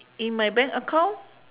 in my bank account